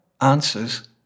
answers